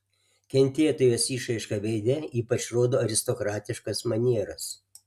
kentėtojos išraiška veide ypač rodo aristokratiškas manieras